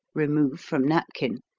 remove from napkin,